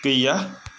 गैया